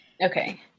Okay